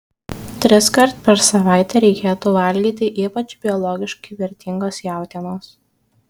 triskart per savaitę reikėtų valgyti ypač biologiškai vertingos jautienos